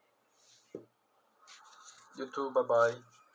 thank you bye bye